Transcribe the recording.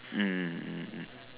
mm mm mm